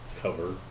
cover